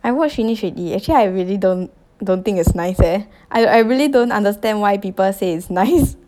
I watch finish already actually I really don't don't think it's nice eh I I really don't understand why people say it's nice